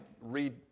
read